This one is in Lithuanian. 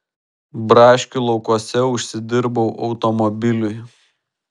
braškių laukuose užsidirbau automobiliui